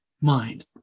mind